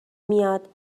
میاد